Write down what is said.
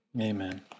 Amen